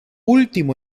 último